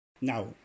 Now